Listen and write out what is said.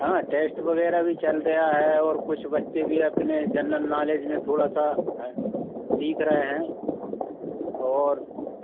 हाँ टेस्ट वगैरह भी चल रहा है और कुछ बच्चे भी अपने जर्नल नॉलेज में थोड़ा सा सीख रहे हैं और